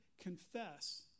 confess